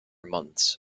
months